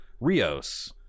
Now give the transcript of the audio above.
rios